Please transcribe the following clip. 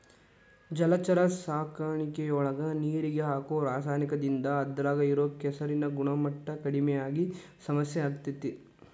ಜಲಚರ ಸಾಕಾಣಿಕೆಯೊಳಗ ನೇರಿಗೆ ಹಾಕೋ ರಾಸಾಯನಿಕದಿಂದ ಅದ್ರಾಗ ಇರೋ ಕೆಸರಿನ ಗುಣಮಟ್ಟ ಕಡಿಮಿ ಆಗಿ ಸಮಸ್ಯೆ ಆಗ್ತೇತಿ